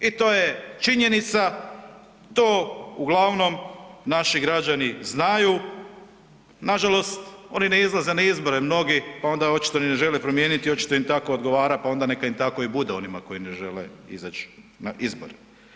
I to je činjenica, to uglavnom naši građani znaju, nažalost oni ne izlaze na izbore mnogi pa onda očito ni ne žele promijeniti, očito im tako odgovara pa onda neka im tako i bude onima koji ne žele izać na izbore.